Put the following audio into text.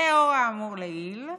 לאור האמור לעיל,